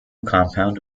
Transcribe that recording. compound